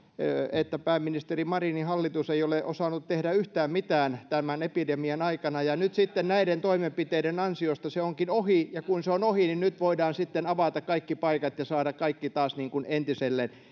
että pääministeri marinin hallitus ei ole osannut tehdä yhtään mitään tämän epidemian aikana ja nyt sitten näiden toimenpiteiden ansiosta se onkin ohi ja kun se on ohi niin nyt voidaan sitten avata kaikki paikat ja saada kaikki taas niin kuin entiselleen